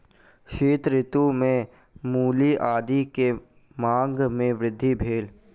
शीत ऋतू में मूली आदी के मांग में वृद्धि भेल